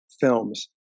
films